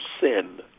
sin